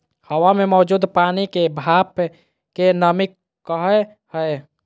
हवा मे मौजूद पानी के भाप के नमी कहय हय